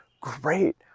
great